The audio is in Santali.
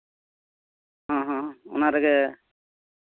ᱦᱮᱸ ᱦᱮᱸ ᱚᱱᱟ ᱨᱮᱜᱮ